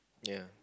ya